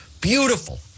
Beautiful